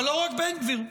אבל לא רק בן גביר,